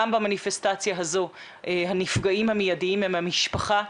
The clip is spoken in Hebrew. גם במניפסטציה הזו הנפגעים המיידים הם המשפחה,